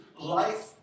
life